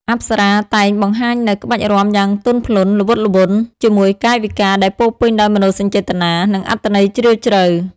អប្សរាតែងបង្ហាញនូវ ក្បាច់រាំយ៉ាងទន់ភ្លន់ ល្វត់ល្វន់ ជាមួយកាយវិការដែលពោរពេញដោយមនោសញ្ចេតនា និងអត្ថន័យជ្រាលជ្រៅ។